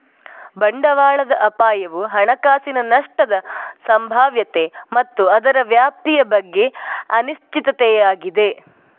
ಬಂಡವಾಳದ ಅಪಾಯವು ಹಣಕಾಸಿನ ನಷ್ಟದ ಸಂಭಾವ್ಯತೆ ಮತ್ತು ಅದರ ವ್ಯಾಪ್ತಿಯ ಬಗ್ಗೆ ಅನಿಶ್ಚಿತತೆಯಾಗಿದೆ